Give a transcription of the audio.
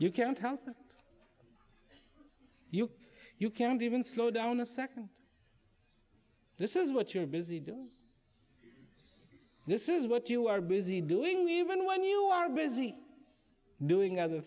you can't help you you can't even slow down a second this is what you're busy doing this is what you are busy doing even when you are busy doing other